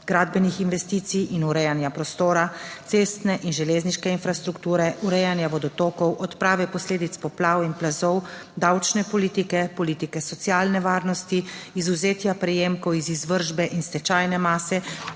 gradbenih investicij in urejanja prostora, cestne in železniške infrastrukture, urejanja vodotokov, odprave posledic poplav in plazov, davčne politike, politike socialne varnosti, izvzetja prejemkov iz izvršbe in stečajne mase,